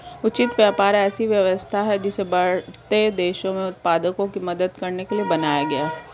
उचित व्यापार ऐसी व्यवस्था है जिसे बढ़ते देशों में उत्पादकों की मदद करने के लिए बनाया गया है